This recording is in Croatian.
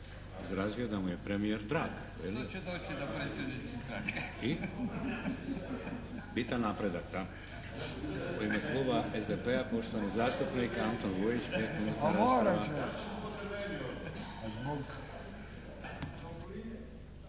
/Upadica se ne razumije./ … I, bitan napredak, da. U ime Kluba SDP-a poštovani zastupnik Antun Vujić,